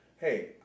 hey